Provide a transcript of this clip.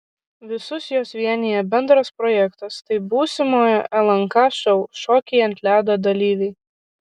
visus juos vienija bendras projektas tai būsimojo lnk šou šokiai ant ledo dalyviai